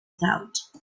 thought